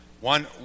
One